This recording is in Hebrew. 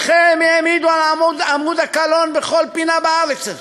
אתכם העמידו על עמוד הקלון בכל פינה בארץ הזאת.